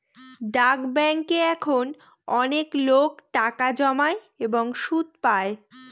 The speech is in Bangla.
ডাক ব্যাঙ্কে এখন অনেকলোক টাকা জমায় এবং সুদ পাই